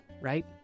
right